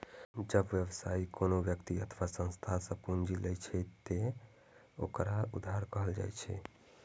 जब व्यवसायी कोनो व्यक्ति अथवा संस्था सं पूंजी लै छै, ते ओकरा उधार कहल जाइ छै